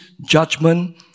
judgment